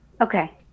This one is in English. Okay